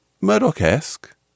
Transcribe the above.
Murdoch-esque